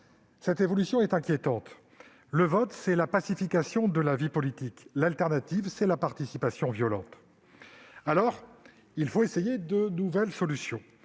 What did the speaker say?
Cette évolution est inquiétante : le vote, c'est la pacification de la vie politique ; l'alternative, c'est la participation violente. Dans ces conditions, il faut essayer de nouvelles solutions.